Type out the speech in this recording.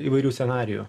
įvairių scenarijų